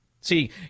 See